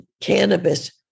cannabis